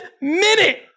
minute